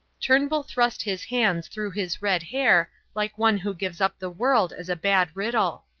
turnbull thrust his hands through his red hair like one who gives up the world as a bad riddle.